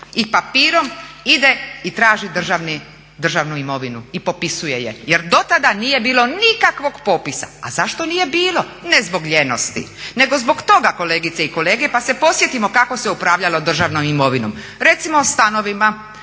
i papirom ide i traži državnu imovinu i popisuje je jer do tada nije bilo nikakvog popisa. A zašto nije bilo? Ne zbog lijenosti nego zbog toga kolegice i kolege pa se podsjetimo kako se upravljalo državnom imovinom. Recimo stanovima